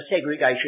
segregation